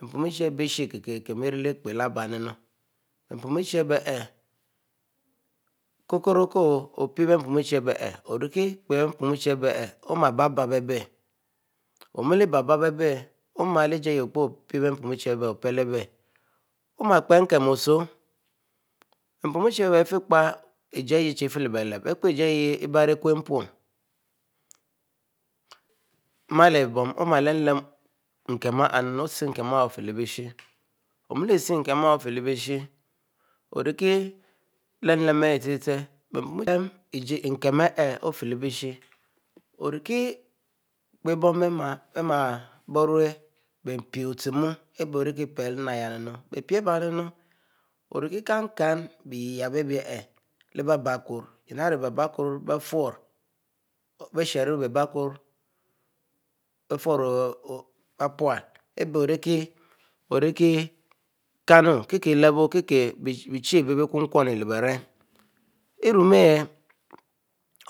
be pom eche bépon eche abiyie eshe ikemekam éri lepeye pèye ikokoro ko peye be mpom echie oriki peye be mpom echie ó mele bab bab abiyie ó malejie ayie opeyie ko pelebiyie, oma keri emkam oser be pon eche, bipeyie ejie aɦ eri eri lebilep, ebri ekumpny ò marr lebum ó marr lenum leaum ékume a hernumu òseh ekume á heraher òfilebishe, ò mele séshaea ekume ofilebishe ò eriki peye bon bimer borue ɓ pie ò chemun abiyie òriki pele. Enemá abimonu, be-pie abianumu ò erikinkin. biyeyab abi lebibiekure, bebi kure, bérfuro beysharo beyfuro bipule abiy ò eriki-mu. Ò eriki canue kike. bichue abiyie bicucunolébiren erume ahiyie